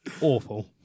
awful